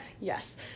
yes